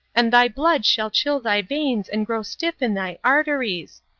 and thy blood shall chill thy veins and grow stiff in thy arteries.